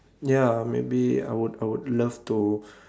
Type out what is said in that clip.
ya maybe I would I would love to